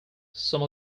some